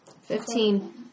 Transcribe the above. Fifteen